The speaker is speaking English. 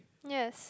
yes